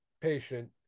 patient